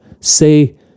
Say